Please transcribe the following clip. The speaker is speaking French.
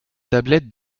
tablettes